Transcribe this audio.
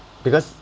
because